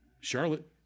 Charlotte